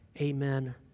Amen